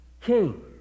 king